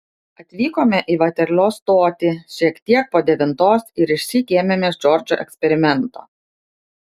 atvykome į vaterlo stotį šiek tiek po devintos ir išsyk ėmėmės džordžo eksperimento